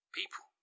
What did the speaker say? People